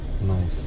Nice